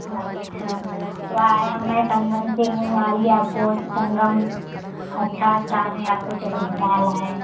अच्छा तो आए मैं संगम से हूँ आइए आपको संगम अच्छा स्थान है आपको चलो घुमा लाएँ